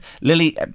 Lily